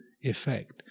effect